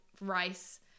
rice